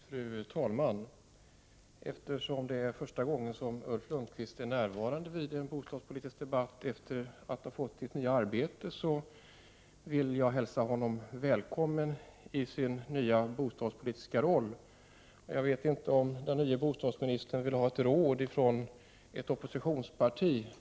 Fru talman! Eftersom det är första gången Ulf Lönnqvist är närvarande vid en bostadspolitisk debatt efter det att han har tillträtt sitt nya arbete, vill jag hälsa honom välkommen i sin nya roll. Jag vet inte om den nye bostadsministern vill ha ett råd ifrån ett oppositionsparti.